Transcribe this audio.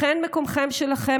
לכן מקומכם שלכם,